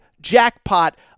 jackpot